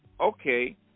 okay